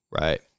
right